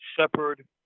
Shepard